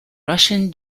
russian